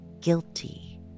guilty